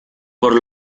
por